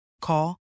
Call